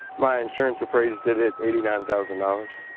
my insurance appraised it at eighty nine thousand dollars.